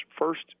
first